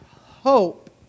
hope